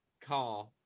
car